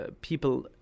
people